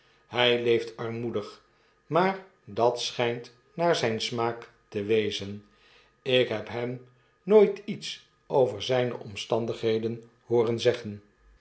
leeft armoedig maar dat schynt paar zgn smaak te wezen ik heb hem nooit iets over zyne omstandigheden hooren zeggen